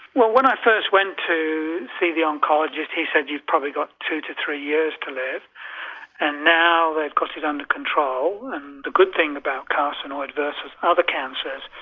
well when i first went to see the oncologist he said you've probably got two to three years to live and now they've got it under control and the good thing about carcinoid versus other cancers,